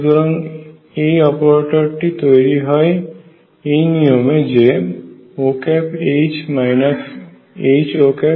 সুতরাং এই অপারেটরটি তৈরি হয় এই নিয়মে যে ÔH HÔ0